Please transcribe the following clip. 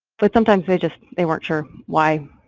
but sometimes they just, they weren't sure why